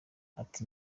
ati